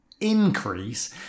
increase